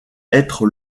être